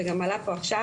זה גם עלה פה עכשיו,